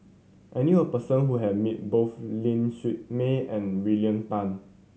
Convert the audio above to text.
I knew a person who has met both Ling Siew May and William Tan